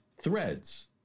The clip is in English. Threads